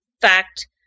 fact